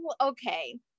okay